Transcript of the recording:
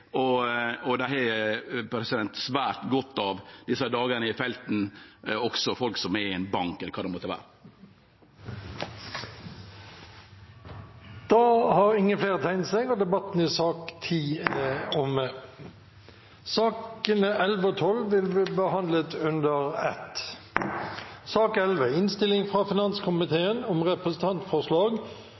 og dei har svært godt av desse dagane i felten, også folk som jobbar i ein bank, eller kva det måtte vere. Flere har ikke bedt om ordet til sak nr. 10. Sakene nr. 11 og 12 vil bli behandlet under ett. Etter ønske fra finanskomiteen